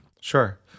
Sure